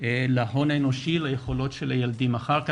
להון האנושי, ליכולות של הילדים אחר כך.